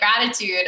gratitude